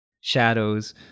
Shadows